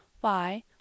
Why